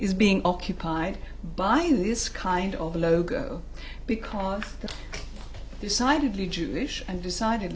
is being occupied by this kind of logo because the decidedly jewish and decided